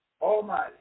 Almighty